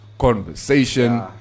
conversation